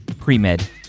Pre-Med